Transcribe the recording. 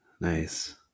nice